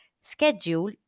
schedule